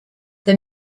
the